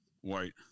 White